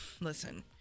listen